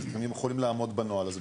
שאם יכולים לעמוד בנוהל הזה,